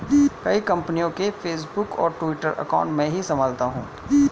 कई कंपनियों के फेसबुक और ट्विटर अकाउंट मैं ही संभालता हूं